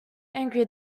angry